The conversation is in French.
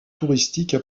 touristiques